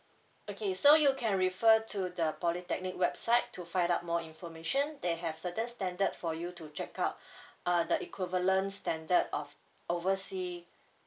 okay so you can refer to the polytechnic website to find out more information they have certain standard for you to check out uh the equivalent standard of oversea